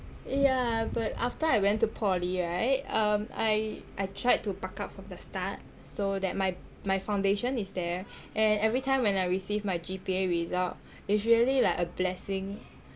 yah but after I went to poly right um I I tried to buck up from there start so that my my foundation is there and every time when I receive my G_P_A result it's really like a blessing